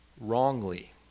wrongly